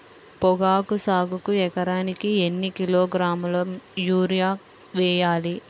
పొగాకు సాగుకు ఎకరానికి ఎన్ని కిలోగ్రాముల యూరియా వేయాలి?